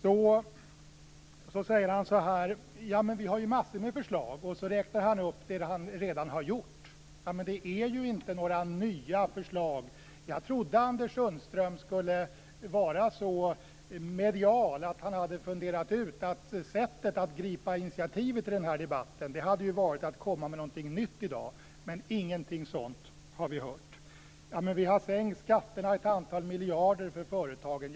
Sedan säger Anders Sundström att regeringen har massor av förslag, och så räknar han upp det man redan har gjort. Men det är ju inte några nya förslag. Jag trodde att Anders Sundström skulle vara så medial att han hade funderat ut att sättet att gripa initiativet i den här debatten hade varit att komma med något nytt i dag. Men ingenting sådant har vi hört. Anders Sundström säger att regeringen har sänkt skatterna med ett antal miljarder för företagen.